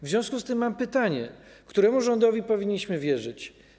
W związku z tym mam pytanie: Któremu rządowi powinniśmy wierzyć?